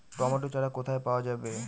Tomato চারা কোথায় পাওয়া যাবে?